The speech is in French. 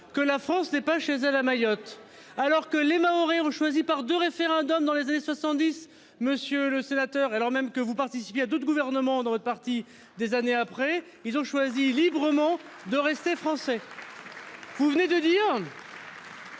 que la France n'est pas chez elle à Mayotte. Alors que les Maoris ont choisi par de référendums dans les années 70. Monsieur le sénateur, et alors même que vous participiez à d'autres gouvernements de parti des années après, ils ont choisi librement de rester français. Vous venez de dire.